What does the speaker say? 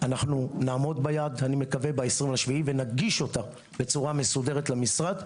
נעמוד ביעד אני מקווה ב-20 ביולי ונגיש אותה בצורה מסודרת למשרד,